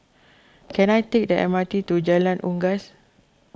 can I take the M R T to Jalan Unggas